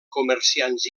comerciants